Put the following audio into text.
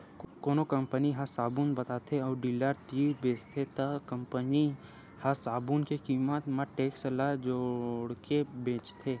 कोनो कंपनी ह साबून बताथे अउ डीलर तीर बेचथे त कंपनी ह साबून के कीमत म टेक्स ल जोड़के बेचथे